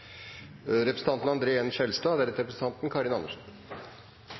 representanten Karin Andersen